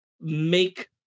make